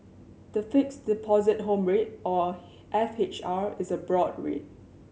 the Fixed Deposit Home Rate or F H R is a broad rate